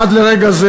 עד לרגע זה,